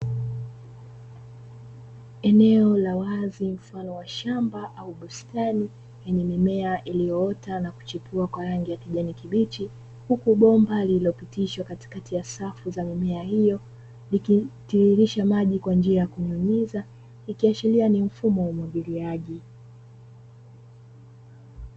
Eneo la wazi mfano wa shamba au bustani, lenye mimea iliyoota na kuchipua kwa rangi ya kijani kibichi, huku bomba lililopitishwa katikati ya safu za mimea hiyo, zikitiririsha maji kwa njia ya kunyunyiza, ikiashiria ni mfumo wa umwagiliaji.